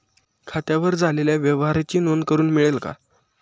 खात्यावर झालेल्या व्यवहाराची नोंद करून मिळेल का?